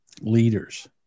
leaders